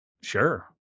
sure